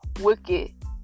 wicked